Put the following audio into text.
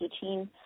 teaching